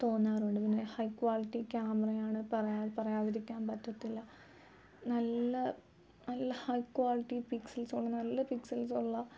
തോന്നാറുണ്ട് പിന്നെ high quality ക്യാമറയാണ് പറയാൻ പറയാതിരിക്കാൻ പറ്റത്തില്ല നല്ല നല്ല ഹൈ ക്വാളിറ്റി പിക്സൽസ് ഉള്ള നല്ല പിക്സിൽസ് ഉള്ള